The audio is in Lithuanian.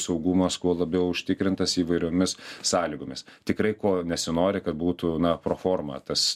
saugumas kuo labiau užtikrintas įvairiomis sąlygomis tikrai ko nesinori kad būtų na pro forma tas